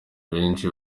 benshi